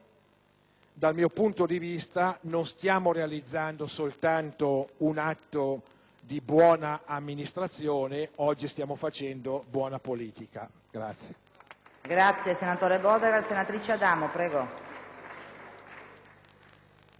dal mio punto di vista, non stiamo realizzando solamente un atto di buona amministrazione: stiamo facendo buona politica.